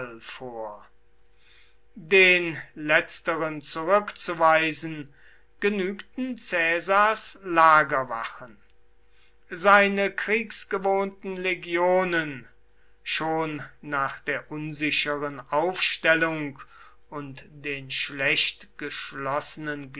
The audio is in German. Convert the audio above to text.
vor den letzteren zurückzuweisen genügten caesars lagerwachen seine kriegsgewohnten legionen schon nach der unsicheren aufstellung und den schlecht geschlossenen